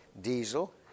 diesel